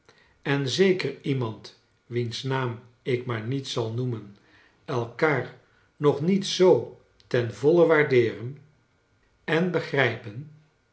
en zeker iemand wiens naam ik maar niet zal noemen elkaar nog niet zoo ten voile waardeeren en begrijpen